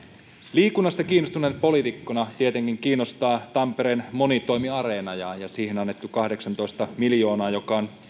liikunnasta kiinnostuneena poliitikkona tietenkin kiinnostaa tampereen monitoimi areena ja ja siihen annettu kahdeksantoista miljoonaa joka on